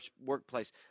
workplace